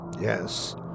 Yes